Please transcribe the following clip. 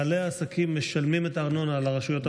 בעלי העסקים משלמים את הארנונה לרשויות המקומיות,